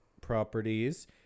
properties